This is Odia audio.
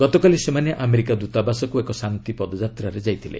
ଗତକାଲି ସେମାନେ ଆମେରିକା ଦୃତାବାସକୁ ଏକ ଶାନ୍ତି ପଦଯାତ୍ରାରେ ଯାଇଥିଲେ